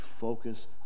focus